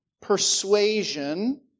persuasion